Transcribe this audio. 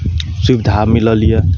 सुविधा मिलल यए